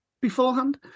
beforehand